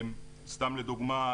סתם לדוגמה,